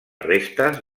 restes